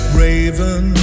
raven